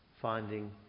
finding